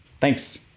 thanks